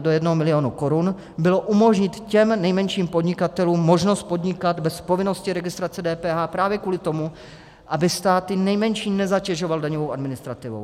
do 1 milionu korun, bylo umožnit těm nejmenším podnikatelům možnost podnikat bez povinnosti registrace k DPH právě kvůli tomu, aby stát ty nejmenší nezatěžoval daňovou administrativou.